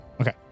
Okay